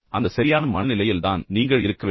அந்த சரியான மனநிலையில் தான் நீங்கள் இருக்க வேண்டும்